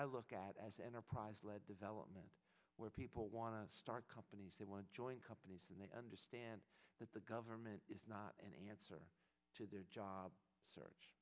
i look at as enterprise lead development where people want to start companies they want to join companies and they understand that the government is not an answer to their job search